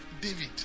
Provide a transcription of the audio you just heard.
David